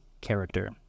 character